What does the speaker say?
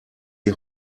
die